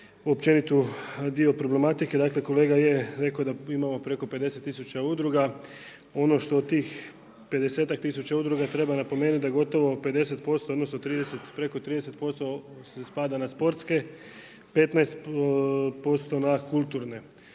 općeniti dio problematike. Dakle kolega je rekao da imamo preko 50 tisuća udruga. Ono što od tih 50-ak tisuća udruga treba napomeniti da gotovo 50%, odnosno preko 30% spada na sportske, 15% na kulturne.